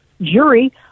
jury